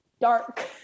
dark